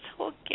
Okay